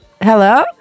Hello